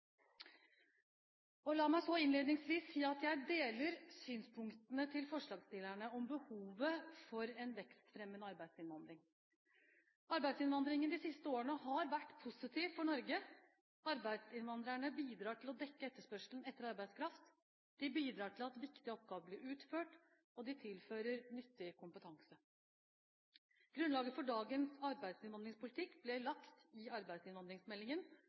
La meg så innledningsvis si at jeg deler synspunktene til forslagsstillerne om behovet for en vekstfremmende arbeidsinnvandring. Arbeidsinnvandringen de siste årene har vært positiv for Norge. Arbeidsinnvandrerne bidrar til å dekke etterspørselen etter arbeidskraft, de bidrar til at viktige oppgaver blir utført, og de tilfører nyttig kompetanse. Grunnlaget for dagens arbeidsinnvandringspolitikk ble lagt i arbeidsinnvandringsmeldingen